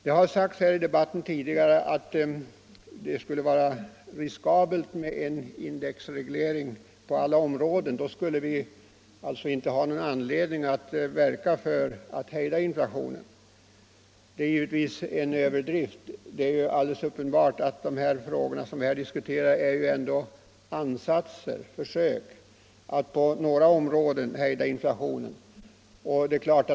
Det har tidigare i debatten sagts att det skulle vara riskabelt med en indexreglering på alla områden. Då skulle vi inte ha någon anledning att verka för att hejda inflationen. Det är givetvis en överdrift. Det är alldeles uppenbart att de åtgärder vi diskuterar är ansatser för att ändå på några områden hejda inflationen.